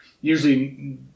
Usually